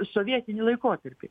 sovietinį laikotarpį